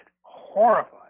horrified